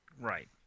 right